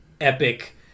epic